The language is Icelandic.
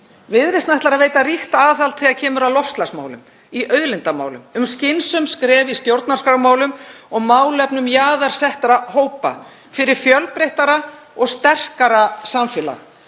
Viðreisn ætlar að veita ríkt aðhald þegar kemur að loftslagsmálum, í auðlindamálum, um skynsamleg skref í stjórnarskrármálum og málefnum jaðarsettra hópa, fyrir fjölbreyttara og sterkara samfélag.